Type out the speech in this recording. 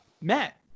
Matt